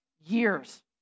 years